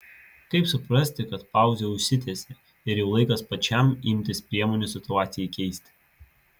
kaip suprasti kad pauzė užsitęsė ir jau laikas pačiam imtis priemonių situacijai keisti